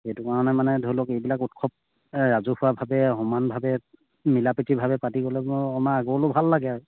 সেইটো কাৰণে মানে ধৰি লওক এইবিলাক উৎসৱ ৰাজহুৱাভাৱে সমানভাৱে মিলাপ্ৰীতিভাৱে পাতি গ'লে আমাৰ আগলৈও ভাল লাগে আৰু